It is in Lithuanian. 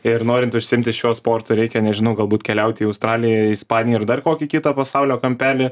ir norint užsiimti šiuo sportu reikia nežinau galbūt keliauti į australiją ispaniją ir dar kokį kitą pasaulio kampelį